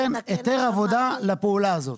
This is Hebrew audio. כן, היתר עבודה לפעולה הזאת.